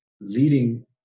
leading